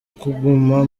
kuguma